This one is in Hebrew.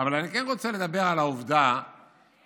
אבל אני כן רוצה להתעכב על העובדה שאנחנו